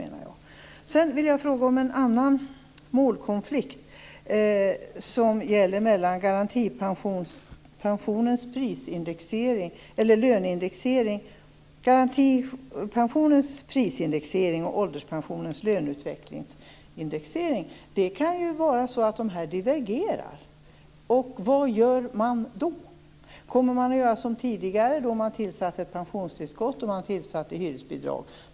Sedan vill jag fråga om en annan målkonflikt som gäller mellan garantipensionens prisindexering och ålderspensionens löneutvecklingsindexering. Dessa kan ju divergera. Vad gör man då? Kommer man att göra som tidigare då man tillförde pensionstillskott och hyresbidrag?